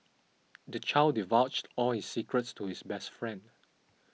the child divulged all his secrets to his best friend